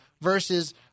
versus